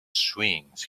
swings